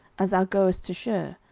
as thou goest to shur,